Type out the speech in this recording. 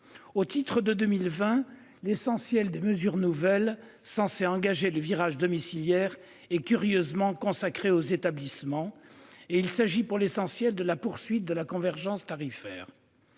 Au titre de 2020, la plupart des mesures nouvelles censées engager le virage domiciliaire sont curieusement consacrées aux établissements. Il s'agit pour l'essentiel de la poursuite de la convergence tarifaire.